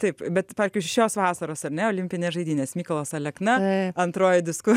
taip bet pavyzdžiui šios vasaros ar ne olimpinės žaidynės mykolas alekna antruoju disku